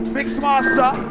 Mixmaster